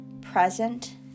present